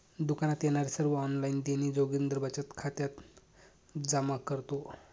दुकानात येणारे सर्व ऑनलाइन देणी जोगिंदर बचत खात्यात जमा करतो